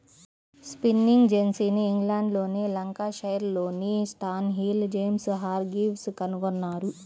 spinning జెన్నీని ఇంగ్లండ్లోని లంకాషైర్లోని స్టాన్హిల్ జేమ్స్ హార్గ్రీవ్స్ కనుగొన్నారు